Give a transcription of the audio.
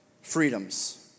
freedoms